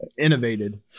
Innovated